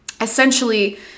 essentially